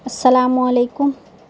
السلام علیکم